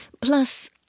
Plus